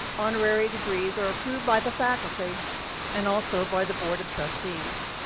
honorary degrees are approved by the faculty and also by the board of trustees.